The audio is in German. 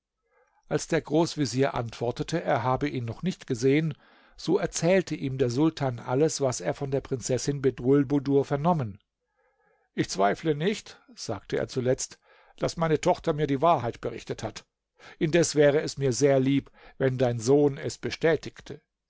als der großvezier antwortete er habe ihn noch nicht gesehen so erzählte ihm der sultan alles was er von der prinzessin bedrulbudur vernommen ich zweifle nicht sagte er zuletzt daß meine tochter mir die wahrheit berichtet hat indes wäre es mir sehr lieb wenn dein sohn es bestätigte